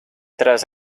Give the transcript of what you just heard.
tras